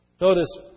Notice